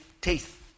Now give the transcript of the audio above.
teeth